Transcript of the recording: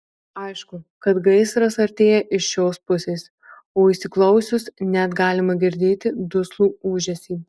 aišku kad gaisras artėja iš šios pusės o įsiklausius net galima girdėti duslų ūžesį